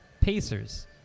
Pacers